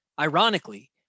Ironically